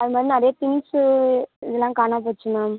அதுமாதிரி நிறைய திங்க்ஸு எல்லாம் காணாம போச்சு மேம்